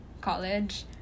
college